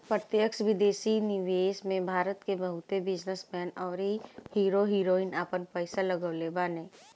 प्रत्यक्ष विदेशी निवेश में भारत के बहुते बिजनेस मैन अउरी हीरो हीरोइन आपन पईसा लगवले बाने